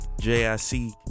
jic